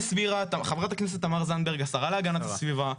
חברת הכנסת תמר זנדברג, השרה להגנת הסביבה,